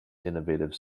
innovative